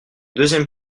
deuxième